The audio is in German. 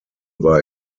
war